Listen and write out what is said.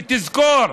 ותזכור,